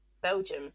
Belgium